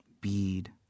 bead